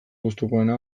gustukoena